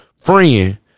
Friend